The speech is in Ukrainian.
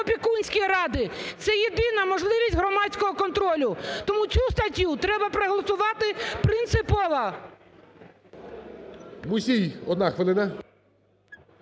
опікунські ради. Це єдина можливість громадського контролю. Тому цю статтю треба проголосувати принципово.